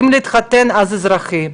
ואם להתחתן אז אזרחי,